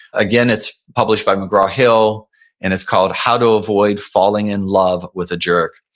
again, it's published by mcgraw-hill and it's called how to avoid falling in love with a jerk.